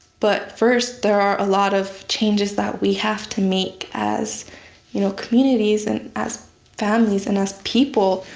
but first there are a lot of changes that we have to make as you know, communities, and as families, and as people.